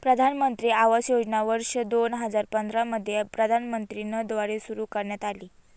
प्रधानमंत्री आवास योजना वर्ष दोन हजार पंधरा मध्ये प्रधानमंत्री न द्वारे सुरू करण्यात आली